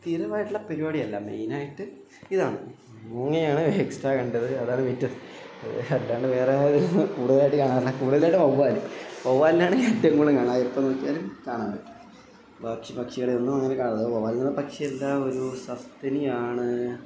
സ്ഥിരമായിട്ടുള്ള പരിപാടിയല്ല മെയിനായിട്ട് ഇതാണ് മൂങ്ങയാണ് എക്സ്ട്രാ കണ്ടത് അതാണ് വിറ്റ് അല്ലാണ്ട് വേറെ കൂടുതലായിട്ട് കാണാറില്ല കൂടുതലായിട്ട് വവ്വാൽ വൗവ്വാലിനെയാണ് ഞാനേറ്റവും കൂടുതലും കാണാം എപ്പം നോക്കിയാലും കാണാൻ പറ്റും പക്ഷി പക്ഷികളേ ഒന്നും അങ്ങനെ കാണല് വവ്വാൽ എന്നു പറഞ്ഞാൽ പക്ഷിയുമല്ലാ ഒരു സസ്തനിയാണ്